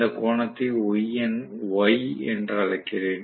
இந்த கோணத்தை y என்று அழைக்கிறேன்